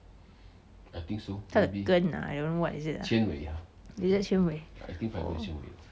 菜根啊 I don't know is it 纤维 oh